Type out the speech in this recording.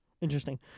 Interesting